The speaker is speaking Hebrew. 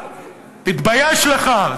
תתבייש לך,